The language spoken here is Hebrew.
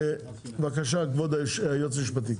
בבקשה, כבוד היועץ המשפטי.